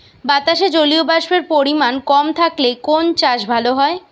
বাতাসে জলীয়বাষ্পের পরিমাণ কম থাকলে কোন চাষ ভালো হয়?